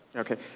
okay.